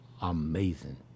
amazing